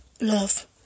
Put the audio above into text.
love